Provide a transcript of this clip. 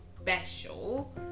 special